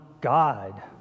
God